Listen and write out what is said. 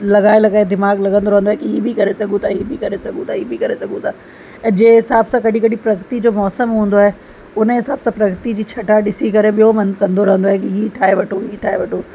लॻाए लॻाए दिमाग़ लॻंदो रहंदो आहे ई बि करे सघूं था ई बि करे सघूं था ई बि करे सघूं था ऐं जें हिसाब सां कॾहिं कॾहिं प्रगति जो मौसम हूंदो आहे उन हिसाब सां प्रगति जी छटा ॾिसी करे ॿियो मन कंदो रहंदो आहे की हीअ ठाहे वठो हीअ ठाहे वठो